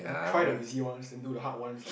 try the easy ones then do the hard ones